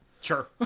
Sure